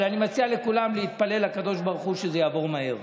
אבל אני מציע לכולם להתפלל לקדוש ברוך הוא שזה יעבור מהר.